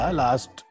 last